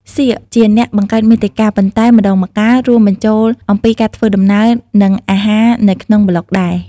សៀក ជាអ្នកបង្កើតមាតិកា ប៉ុន្តែម្តងម្កាលរួមបញ្ចូលអំពីការធ្វើដំណើរ និងអាហារនៅក្នុងប្លុកដែរ។